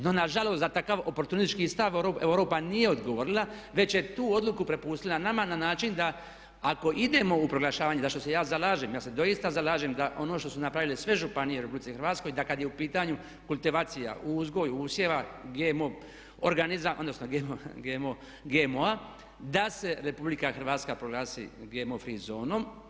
No nažalost na takav oportunistički stav Europa nije odgovorila već je tu odluku prepustila nama na način da ako idemo u proglašavanje za što se ja zalažem, ja se doista zalažem da ono što su napravile sve županije u RH da kad je u pitanju kultivacija, uzgoj usjeva GMO-a da se RH proglasi GMO free zonom.